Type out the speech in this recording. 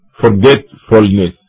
forgetfulness